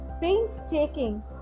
painstaking